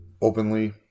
openly